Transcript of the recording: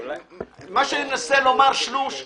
מה שאני מנסה לומר לשלוש ולכם,